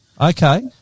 Okay